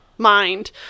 mind